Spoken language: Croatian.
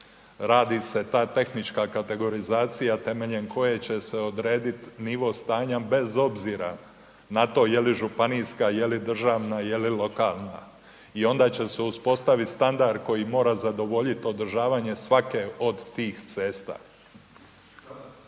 radi se ta tehnička kategorizacija temeljem koje će se odrediti nivo stanja bez obzira na to je li županijska, je li državna, je li lokalna i onda će se uspostaviti standard koji mora zadovoljiti održavanje svake od tih cesta.